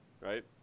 right